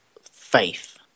faith